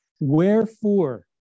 wherefore